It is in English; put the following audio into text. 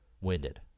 Winded